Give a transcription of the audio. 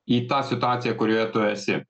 į tą situaciją kurioje tu esi